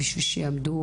אבל את אומרת שיש בעיה.